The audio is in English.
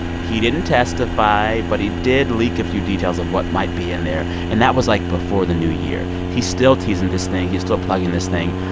he didn't testify, but he did leak a few details of what might be in there, and that was, like, before the new year. he's still teasing this thing. he's still plugging this thing.